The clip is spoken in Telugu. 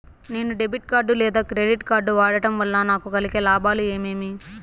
నేను డెబిట్ కార్డు లేదా క్రెడిట్ కార్డు వాడడం వల్ల నాకు కలిగే లాభాలు ఏమేమీ?